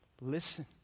Listen